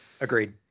Agreed